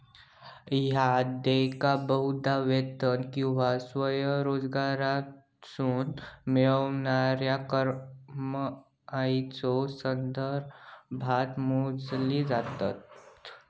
ह्या देयका बहुधा वेतन किंवा स्वयंरोजगारातसून मिळणाऱ्या कमाईच्यो संदर्भात मोजली जातत